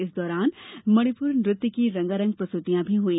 इस दौरान मणिपुर नृत्य की रंगारंग प्रस्तुतियां भी हुई